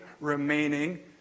remaining